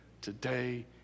today